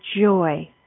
joy